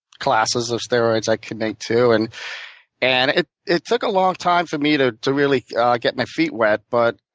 classes of steroids i could make too. and and it it took a long time for me to to really get my feet wet, but